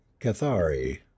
Cathari